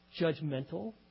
judgmental